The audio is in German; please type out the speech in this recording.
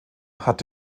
hat